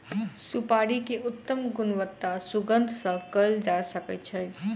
सुपाड़ी के उत्तम गुणवत्ता सुगंध सॅ कयल जा सकै छै